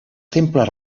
temples